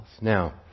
Now